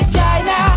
China